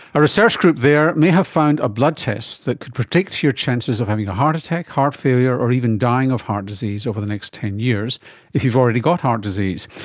a research group there may have found a blood test that could predict your chances of having a heart attack, heart failure, or even dying of heart disease over the next ten years if you've already got heart disease.